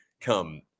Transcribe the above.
come